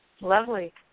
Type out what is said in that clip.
Lovely